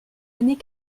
années